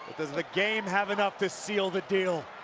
does the game have enough to seal the deal?